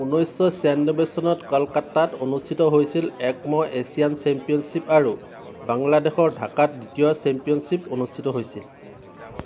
ঊনৈছশ ছয়ান্নব্বৈ চনত কলকাতাত অনুষ্ঠিত হৈছিল এক ম এছিয়ান চেম্পিয়নশ্বিপ আৰু বাংলাদেশৰ ঢাকাত দ্বিতীয় চেম্পিয়নশ্বিপ অনুষ্ঠিত হৈছিল